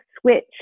switch